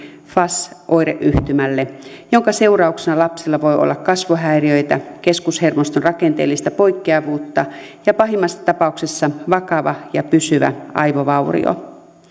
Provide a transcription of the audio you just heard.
fas oireyhtymälle jonka seurauksena lapsella voi olla kasvuhäiriöitä keskushermoston rakenteellista poikkeavuutta ja pahimmassa tapauksessa vakava ja pysyvä aivovaurio alkoholi